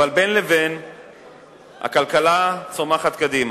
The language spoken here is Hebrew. אבל בין לבין הכלכלה צומחת קדימה.